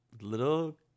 little